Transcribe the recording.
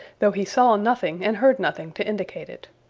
though he saw nothing and heard nothing to indicate it.